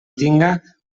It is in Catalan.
tinga